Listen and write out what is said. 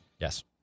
Yes